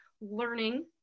learning